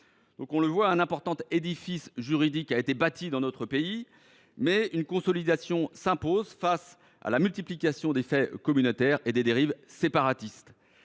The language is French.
On le voit, un important édifice juridique a été bâti dans notre pays, mais une consolidation s’impose face à la multiplication des faits communautaires et des dérives séparatistes.